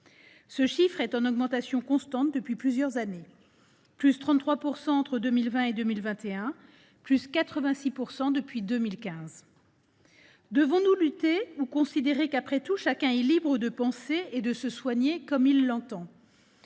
Ce chiffre est en augmentation constante depuis plusieurs années : +33 % entre 2020 et 2021, +86 % depuis 2015. Devons nous lutter, ou considérer que, après tout, chacun est libre de penser et de se soigner comme il l’entend ?